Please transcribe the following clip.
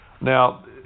Now